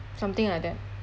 something like that